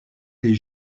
des